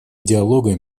диалога